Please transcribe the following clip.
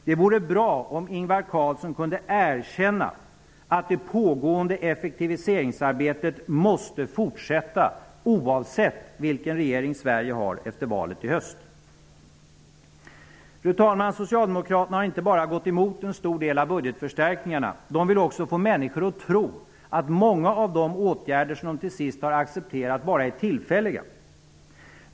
Det vore bra om Ingvar Carlsson kunde erkänna att det pågående effektiviseringsarbetet måste fortsätta oavsett vilken regering Sverige har efter valet i höst. Socialdemokraterna har inte bara gått emot en stor del av budgetförstärkningarna. De vill också få människor att tro att många av de åtgärder som de till sist har accepterat bara är tillfälliga.